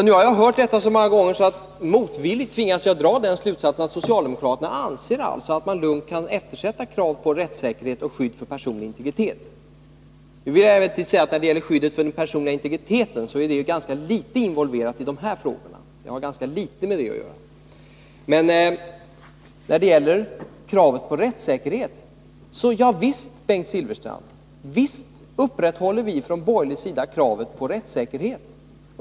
Nu har jag hört detta så många gånger att jag motvilligt tvingas dra den slutsatsen att socialdemokraterna alltså anser att man lugnt kan eftersätta kravet på rättssäkerhet och skydd för personlig integritet. När det gäller den personliga integriteten vill jag säga att denna är ganska litet involverad i de här frågorna. Men, Bengt Silfverstrand, visst upprätthåller vi från borgerlig sida kravet på rättssäkerhet.